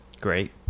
Great